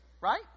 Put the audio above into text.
right